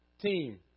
team